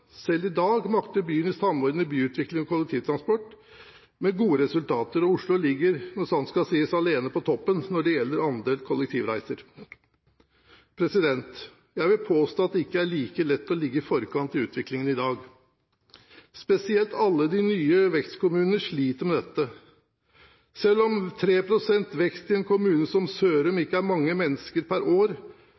Selv i dag makter byen å samordne byutvikling og kollektivtransport med gode resultater, og Oslo ligger, når sant skal sies, alene på toppen når det gjelder andelen kollektivreiser. Jeg vil påstå at det ikke er like lett å ligge i forkant av utviklingen i dag. Spesielt alle de nye vekstkommunene sliter med dette. Selv om 3 pst. vekst i en kommune som Sørum ikke er mange mennesker per år,